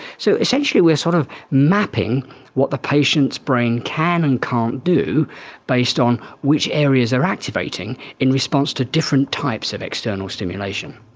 so essentially we are sort of mapping what's the patient's brain can and can't do based on which areas are activating in response to different types of external stimulation.